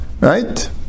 right